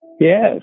Yes